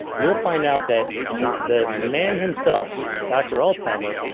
you'll find out that the man himself, dr. alzheimer,